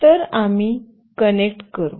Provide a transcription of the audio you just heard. तर आम्ही कनेक्ट करू